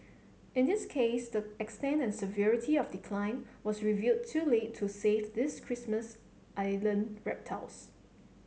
in this case the extent and severity of decline was revealed too late to save these Christmas Island reptiles